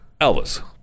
Elvis